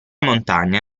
montagna